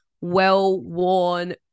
well-worn